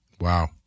Wow